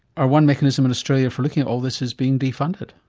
our one mechanism in australia for looking at all this has been de-funded?